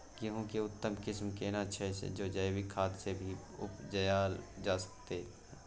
गेहूं के उत्तम किस्म केना छैय जे जैविक खाद से भी उपजायल जा सकते?